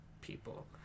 people